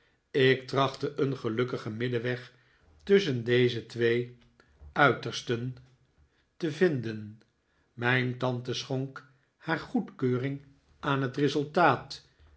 ik trachtte een gelukkigen middenweg tusschen deze twee uitersten te vinden mijn tante schonk haar goedkeuring aan het resultaat